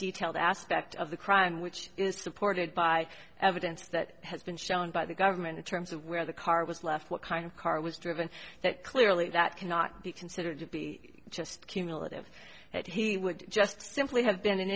detail the aspect of the crime which is supported by evidence that has been shown by the government in terms of where the car was left what kind of car was driven that clearly that cannot be considered to be just cumulative that he would just simply have been an